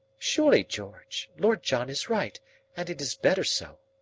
surely, george, lord john is right and it is better so.